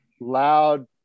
loud